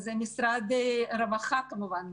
וזה משרד הרווחה כמובן,